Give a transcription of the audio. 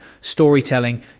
Storytelling